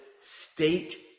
state